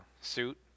suit